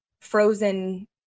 frozen